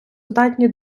здатні